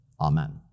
amen